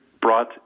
brought